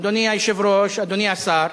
אדוני היושב-ראש, אדוני השר,